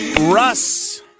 Russ